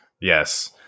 Yes